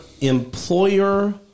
employer